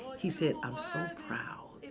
he said, i'm so proud